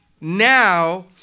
now